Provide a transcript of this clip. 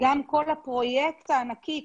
גם כל הפרויקט הענקי,